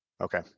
Okay